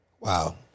Wow